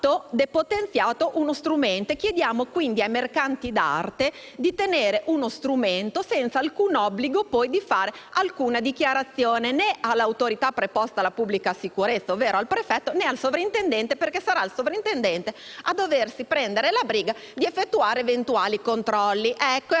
depotenziato uno strumento. Chiediamo quindi ai mercanti d'arte di tenere uno strumento, senza alcun obbligo di fare alcuna dichiarazione, né all'autorità preposta alla pubblica sicurezza, ossia al prefetto, né al soprintendente, perché sarà il soprintendente a doversi prendere la briga di effettuare eventuali controlli su